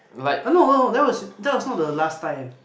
no no no that was that was not the last time